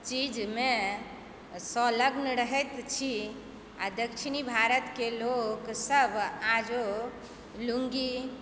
चीज मे संलग्न रहैत छी आ दक्षिणी भारत के लोक सब आजू लुंगी